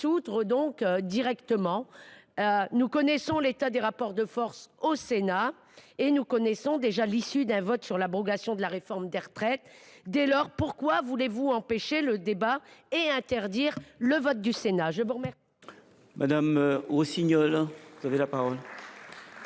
s’autodissoudre. Nous connaissons l’état des rapports de force au Sénat, donc nous connaissons déjà l’issue d’un vote sur l’abrogation de la réforme des retraites. Dès lors, pourquoi voulez vous empêcher le débat et le vote du Sénat ?